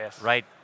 right